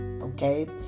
Okay